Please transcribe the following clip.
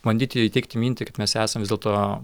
bandyti įteigti mintį kad mes esam vis dėlto